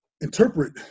interpret